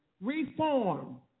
Reform